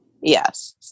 yes